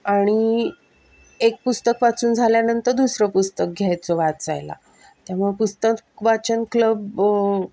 आणि एक पुस्तक वाचून झाल्यानंतर दुसरं पुस्तक घ्यायचं वाचायला त्यामुळं पुस्तक वाचन क्लब